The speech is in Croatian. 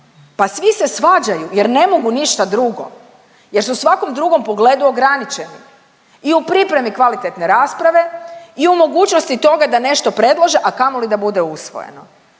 Pa svi se svađaju jer ne mogu ništa drugo jer su u svakom drugom pogledu ograničeni i u pripremi kvalitetne rasprave i u mogućnosti toga da nešto predlože, a kamoli da bude usvojeno.